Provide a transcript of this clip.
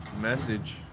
message